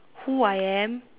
who I am